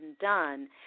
done